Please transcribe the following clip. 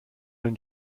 own